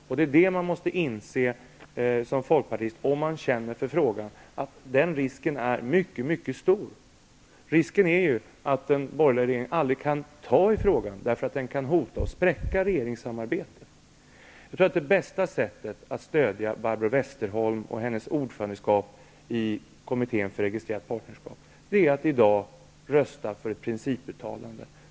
Som folkpartist måste man, om man känner för frågan, inse att denna risk är mycket stor. Risken är ju att den borgerliga regeringen aldrig kan ta i frågan, eftersom den kan hota att spräcka regeringssamarbetet. Jag tror att det bästa sättet att stödja Barbro Westerholm och hennes ordförandeskap i kommittén för registrerat partnerskap är att i dag rösta för ett principuttalande.